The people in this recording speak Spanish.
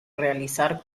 realizar